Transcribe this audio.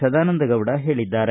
ಸದಾನಂದಗೌಡ ಹೇಳಿದ್ದಾರೆ